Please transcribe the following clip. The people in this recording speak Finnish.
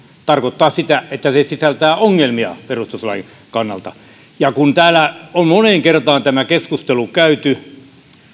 tarkoittaa sitä että se sisältää ongelmia perustuslain kannalta kun täällä on moneen kertaan tämä keskustelu käyty